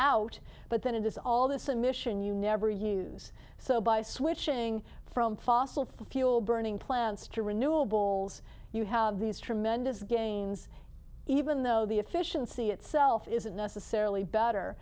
out but then it does all this emission you never use so by switching from fossil fuel burning plants to renewables you have these tremendous gains even though the efficiency itself isn't necessarily better